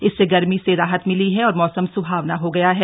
इससे गर्मी से राहत मिली है और मौसम स्हावना हो गया है